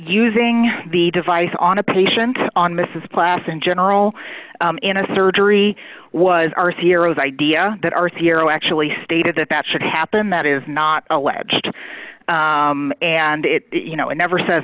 using the device on a patient on mrs plas in general in a surgery was are serious idea that our theory actually stated that that should happen that is not alleged and it you know it never says